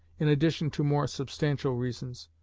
in addition to more substantial reasons,